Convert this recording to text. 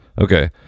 Okay